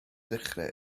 dechrau